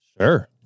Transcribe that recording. Sure